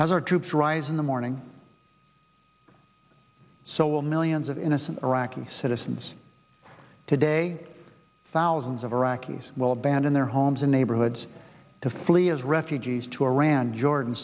as our troops rise in the morning so will millions of innocent iraqi citizens today thousands of iraqis will abandon their homes in neighborhoods to flee as refugees to iran jordan